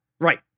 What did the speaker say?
Right